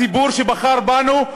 הציבור שבחר בנו,